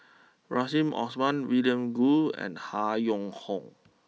Rahim Omar William Goode and Han Yong Hong